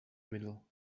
middle